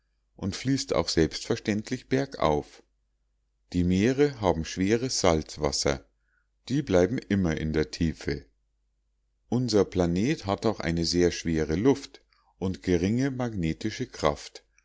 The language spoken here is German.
und fließt auch selbstverständlich bergauf die meere haben schweres salzwasser die bleiben immer in der tiefe unser planet hat auch eine sehr schwere luft und geringe magnetische kraft